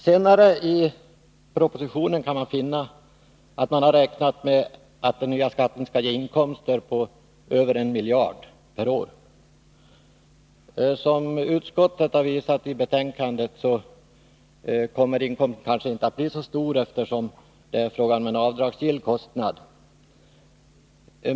Senare i propositionen kan man finna att man har räknat med att den nya skatten skall ge inkomster på över 1 miljard på över ett år. Som utskottet visat isitt betänkande kommer inkomsten inte att bli så stor, eftersom det är fråga om en avdragsgill kostnad.